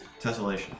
tessellation